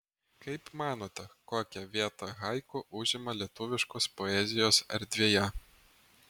kaip manote kokią vietą haiku užima lietuviškos poezijos erdvėje